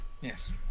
Yes